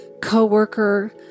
coworker